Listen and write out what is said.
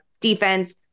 defense